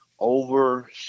over